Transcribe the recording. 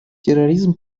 терроризм